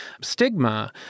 stigma